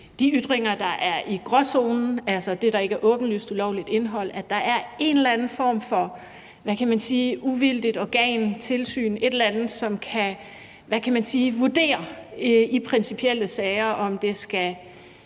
de ytringer, der er i gråzonen, altså det, der ikke er åbenlyst ulovligt indhold, er en eller anden form for uvildigt organ eller tilsyn, et eller andet, som kan vurdere i principielle sager, om noget skal